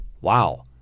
wow